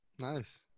nice